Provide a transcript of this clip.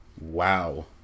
Wow